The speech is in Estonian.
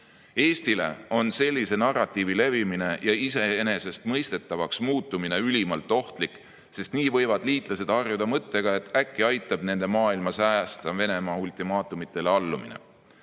Eestile on sellise narratiivi levimine ja iseenesestmõistetavaks muutumine ülimalt ohtlik, sest nii võivad liitlased harjuda mõttega, et äkki aitab nende maailma säästa Venemaa ultimaatumitele allumine.